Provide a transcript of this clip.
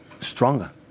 stronger